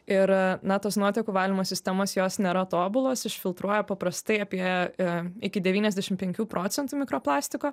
ir na tos nuotekų valymo sistemos jos nėra tobulos išfiltruoja paprastai apie i iki devyniasdešim penkių procentų mikroplastiko